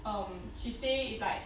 um she say it's like